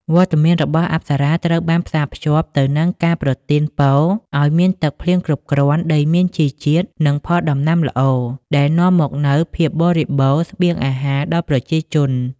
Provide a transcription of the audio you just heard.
វត្តមានរបស់អប្សរាត្រូវបានផ្សារភ្ជាប់ទៅនឹងការប្រទានពរឲ្យមានទឹកភ្លៀងគ្រប់គ្រាន់ ដីមានជីជាតិ និងផលដំណាំល្អ ដែលនាំមកនូវភាពបរិបូរណ៍ស្បៀងអាហារដល់ប្រជាជន។